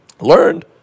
learned